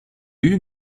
you